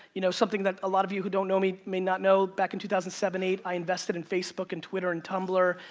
you know something that a lot of you who don't know me may not know. back in two thousand and seven eight, i invested in facebook and twitter and tumblr,